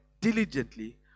diligently